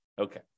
Okay